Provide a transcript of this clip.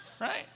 Right